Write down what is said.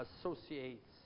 associates